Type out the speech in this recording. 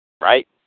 Right